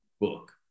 book